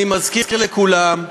אני מזכיר לכולם,